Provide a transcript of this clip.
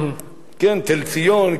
תל-ציון,